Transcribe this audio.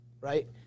right